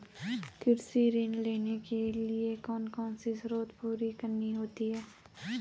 कृषि ऋण लेने के लिए कौन कौन सी शर्तें पूरी करनी होती हैं?